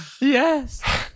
Yes